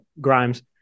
Grimes